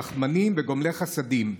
רחמנים וגומלי חסדים.